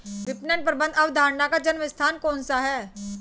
विपणन प्रबंध अवधारणा का जन्म स्थान कौन सा है?